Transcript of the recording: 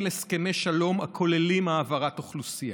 הסכמי שלום הכוללים העברת אוכלוסייה.